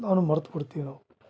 ಎಲ್ಲಾ ಮರ್ತು ಬಿಡ್ತಿವಿ ನಾವು